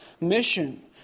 mission